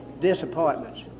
Disappointments